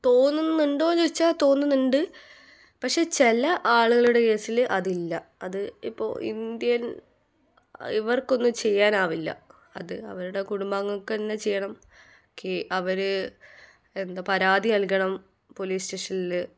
തോന്നുന്നുണ്ടോയെന്ന് ചോദിച്ചാൽ തോന്നുന്നുണ്ട് പക്ഷെ ചില ആളുകളുടെ കേസില് അതില്ല അത് ഇപ്പോൾ ഇന്ത്യൻ ഇവർക്കൊന്നും ചെയ്യാനാവില്ല അത് അവരുടെ കുടുംബാംഗങ്ങൾക്കുതന്നെ ചെയ്യണം ഒക്കെ അവര് എന്താ പരാതി നൽകണം പോലീസ് സ്റ്റേഷനില്